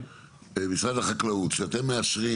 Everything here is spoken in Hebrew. משרד החקלאות, כשאתם מאשרים